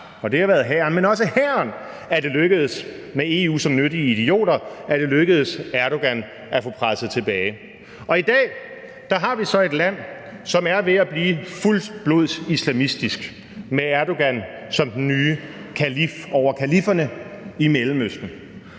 det har været hæren, men også hæren er det lykkedes Erdogan med EU som nyttige idioter at få presset tilbage. I dag har vi så et land, som er ved at blive fuldblods islamistisk med Erdogan som den nye kalif over kalifferne i Mellemøsten.